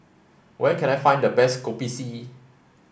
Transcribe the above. where can I find the best Kopi C